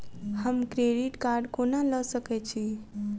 हम credit card कोना लऽ सकै छी?